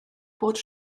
bod